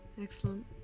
Excellent